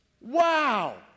Wow